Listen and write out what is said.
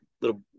little